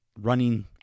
running